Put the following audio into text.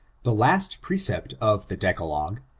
the last precept of the decalogue,